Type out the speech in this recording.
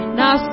now